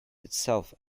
itself